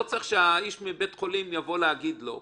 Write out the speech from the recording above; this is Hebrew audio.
לא צריך שהאיש מבית חולים יבוא להגיד לו.